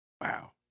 wow